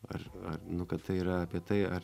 ar ar nu kad tai yra apie tai ar